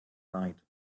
night